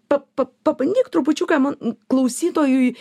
pa pa pabandyk trupučiuką man klausytojui